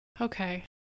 okay